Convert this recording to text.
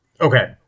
Okay